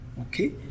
Okay